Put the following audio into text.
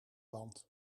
land